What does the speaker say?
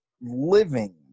living